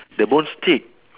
the bone steak